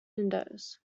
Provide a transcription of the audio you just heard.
windows